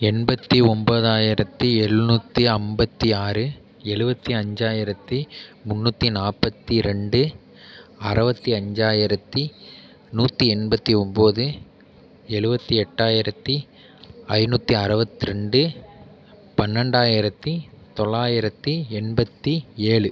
எண்பத்தி ஒம்பதாயிரத்தி எழுநூற்றி ஐம்பத்தி ஆறு எழுபத்தி அஞ்சாயிரத்தி முந்நூற்றி நாற்பத்தி ரெண்டு அறுவத்தி அஞ்சாயிரத்தி நூற்றி எண்பத்தி ஒம்பது எழுபத்தி எட்டாயிரத்தி ஐந்நூற்றி அறுவத்ரெண்டு பன்னண்டாயிரத்தி தொள்ளாயிரத்தி எண்பத்தி ஏழு